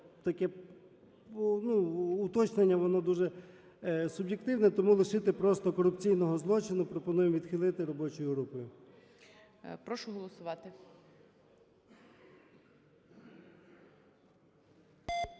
таке уточнення воно дуже суб'єктивне, тому лишити просто "корупційного злочину". Пропонуємо відхилити робочою групою. ГОЛОВУЮЧИЙ. Прошу голосувати.